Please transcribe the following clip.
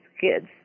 kids